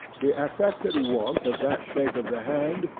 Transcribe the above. the affected warmth of that shake of the hand,